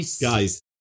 guys